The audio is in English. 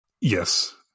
Yes